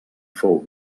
fou